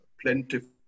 plentiful